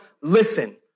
listen